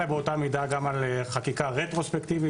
באותה מידה גם על חקיקה רטרוספקטיבית.